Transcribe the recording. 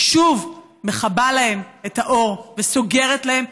היא שוב מכבה להם את האור וסוגרת להם,